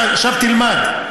עכשיו תלמד את